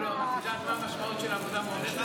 את יודעת מה המשמעות של עבודה מועדפת?